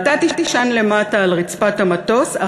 ואתה תישן למטה על רצפת המטוס,